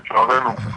לצערנו,